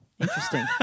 Interesting